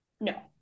No